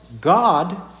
God